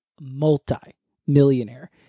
multi-millionaire